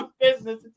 business